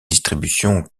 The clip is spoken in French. distribution